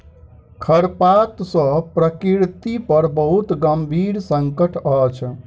खरपात सॅ प्रकृति पर बहुत गंभीर संकट अछि